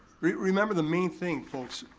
remember the main thing, folks,